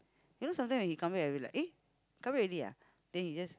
you know sometimes when he come back already like eh come back already ah then he just